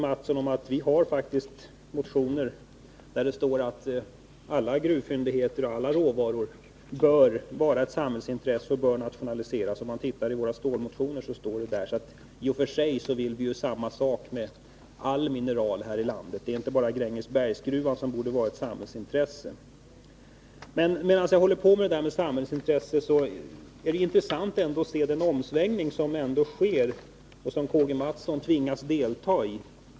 Mathsson om att vi faktiskt har motioner där det står att alla gruvfyndigheter och alla råvaror bör vara ett samhällsintresse och bör nationaliseras. Om man tittar i våra stålmotioner kan man se det. I och för sig vill vi alltså samma sak med alla mineral här i landet; det är inte bara Grängesbergsgruvan som borde vara ett samhällsintresse. Just beträffande samhällsintresse är det intressant att se den omsvängning som ändå sker och som K.-G. Mathsson tvingas delta i.